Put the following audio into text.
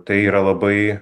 tai yra labai